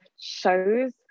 shows